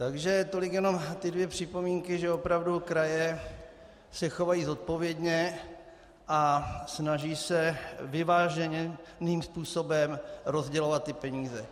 Takže tolik jenom dvě připomínky, že opravdu kraje se chovají zodpovědně a snaží se vyváženým způsobem rozdělovat peníze.